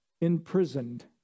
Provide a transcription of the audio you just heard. imprisoned